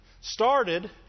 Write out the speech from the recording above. started